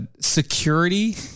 security